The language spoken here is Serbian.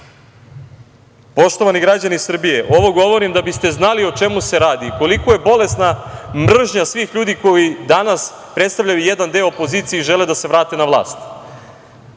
pritisak? Poštovani građani Srbije, ovo govorim da biste znali o čemu se radi i koliko je bolesna mržnja svih ljudi koji danas predstavljaju jedan deo opozicije i žele da se vrate na vlast.